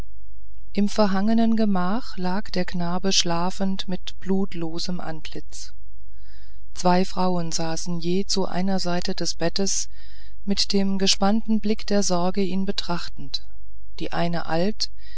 im verhangenen gemache lag der knabe schlafend mit blutlosem antlitz zwei frauen saßen je zu einer seite des bettes mit dem gespannten blick der sorge ihn betrachtend die eine alt